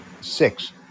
six